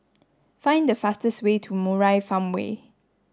find the fastest way to Murai Farmway